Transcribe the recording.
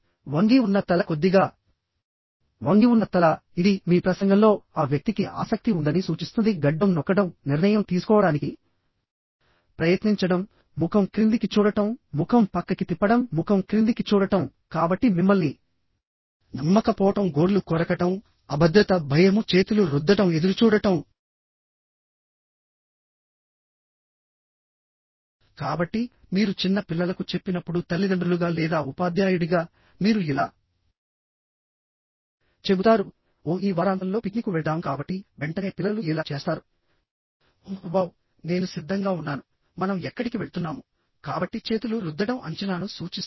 వంగి ఉన్న తల కొద్దిగా వంగి ఉన్న తల ఇది మీ ప్రసంగంలో ఆ వ్యక్తికి ఆసక్తి ఉందని సూచిస్తుంది గడ్డం నొక్కడం నిర్ణయం తీసుకోవడానికి ప్రయత్నించడం ముఖం క్రిందికి చూడటం ముఖం పక్కకి తిప్పడం ముఖం క్రిందికి చూడటం కాబట్టి మిమ్మల్ని నమ్మకపోవడం గోర్లు కొరకడం అభద్రత భయము చేతులు రుద్దడం ఎదురుచూడటంకాబట్టి మీరు చిన్న పిల్లలకు చెప్పినప్పుడు తల్లిదండ్రులుగా లేదా ఉపాధ్యాయుడిగా మీరు ఇలా చెబుతారు ఓహ్ ఈ వారాంతంలో పిక్నిక్కు వెళ్దాం కాబట్టి వెంటనే పిల్లలు ఇలా చేస్తారు ఓహ్ వావ్ నేను సిద్ధంగా ఉన్నాను మనం ఎక్కడికి వెళ్తున్నాము కాబట్టి చేతులు రుద్దడం అంచనాను సూచిస్తుంది